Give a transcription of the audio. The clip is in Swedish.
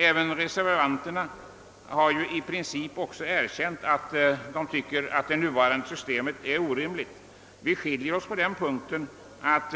Även reservanterna har i princip erkänt att det nuvarande systemet är orimligt. Vi skiljer oss på den punkten att